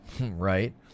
Right